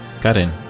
Karen